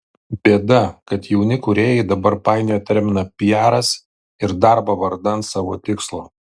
bėda kad jauni kūrėjai dabar painioja terminą piaras ir darbą vardan savo tikslo